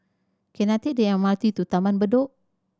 can I take the M R T to Taman Bedok